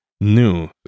new